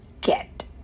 get